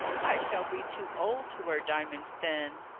i shall be too old to wear diamonds then.